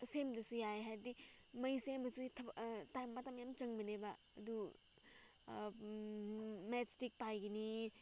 ꯁꯦꯝꯗ꯭ꯔꯁꯨ ꯌꯥꯏꯌꯦ ꯍꯥꯏꯕꯗꯤ ꯃꯩ ꯁꯦꯝꯕꯗꯨꯗꯤ ꯊꯕꯛ ꯇꯥꯏꯝ ꯃꯇꯝ ꯌꯥꯝ ꯆꯪꯕꯅꯦꯕ ꯑꯗꯨ ꯃꯦꯠꯁꯇꯤꯛ ꯄꯥꯏꯒꯅꯤ